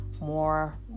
more